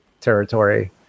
territory